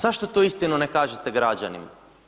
Zašto tu istinu ne kažete građanima?